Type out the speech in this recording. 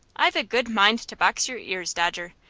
i've a good mind to box your ears, dodger.